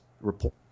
report